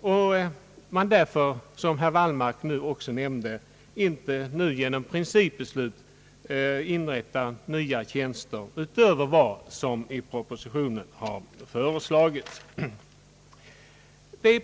och att man därför, vilket också herr Wallmark nämnde, inte nu genom principbeslut bör inrätta nya tjänster utöver vad som föreslagits i propositionen.